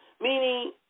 Meaning